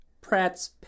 Pratt's